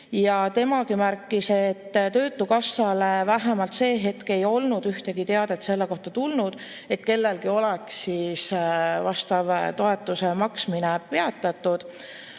Ja temagi märkis, et töötukassale vähemalt see hetk ei olnud tulnud ühtegi teadet selle kohta, et kellelgi oleks selle toetuse maksmine peatatud.